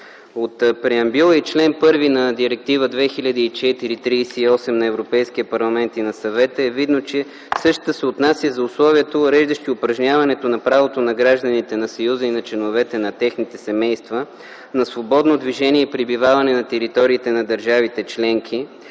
От преамбюла и чл. 1 на Директива 2004/38 на Европейския парламент и на Съвета е видно, че същата се отнася до условията, уреждащи упражняването на правото на гражданите на Съюза и на членовете на техните семейства на свободно движение и пребиваване на териториите на държавите членки